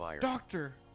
Doctor